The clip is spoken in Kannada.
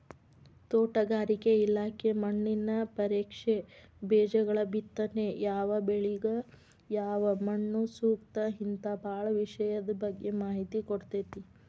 ತೋಟಗಾರಿಕೆ ಇಲಾಖೆ ಮಣ್ಣಿನ ಪರೇಕ್ಷೆ, ಬೇಜಗಳಬಿತ್ತನೆ ಯಾವಬೆಳಿಗ ಯಾವಮಣ್ಣುಸೂಕ್ತ ಹಿಂತಾ ಬಾಳ ವಿಷಯದ ಬಗ್ಗೆ ಮಾಹಿತಿ ಕೊಡ್ತೇತಿ